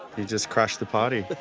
you just crashed the party. but